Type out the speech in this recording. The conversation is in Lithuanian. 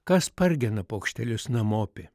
kas pargena paukštelius namopi